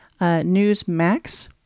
Newsmax